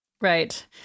Right